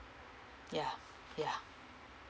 ya ya